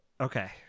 Okay